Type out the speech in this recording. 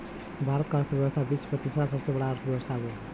भारत क अर्थव्यवस्था विश्व क तीसरा सबसे बड़ा अर्थव्यवस्था हउवे